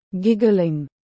Giggling